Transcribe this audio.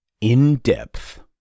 In-depth